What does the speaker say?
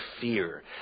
fear